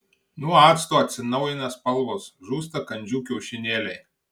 nuo acto atsinaujina spalvos žūsta kandžių kiaušinėliai